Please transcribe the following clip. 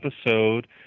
episode